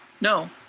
no